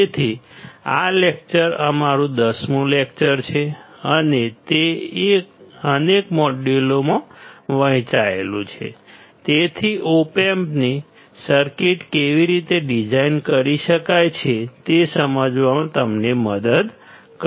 તેથી આ લેકચર અમારું 10 મું લેકચર છે અને તે અનેક મોડ્યુલોમાં વહેંચાયેલું છે તેથી ઓપ એમ્પની સર્કિટ કેવી રીતે ડિઝાઇન કરી શકાય છે તે સમજવામાં તમને મદદ કરશે